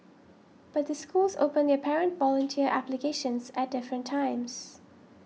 but the schools open their parent volunteer applications at different times